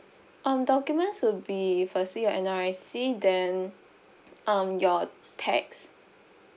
um documents would be firstly your N_R_I_C then um your tax